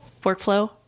workflow